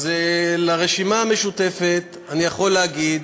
אז לרשימה המשותפת אני יכול להגיד,